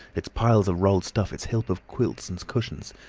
its piles of rolled stuff, its heap of quilts and cushions,